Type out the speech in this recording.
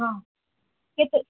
ହଁ କେତେ